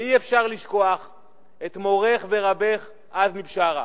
ואי-אפשר לשכוח את מורך ורבך עזמי בשארה,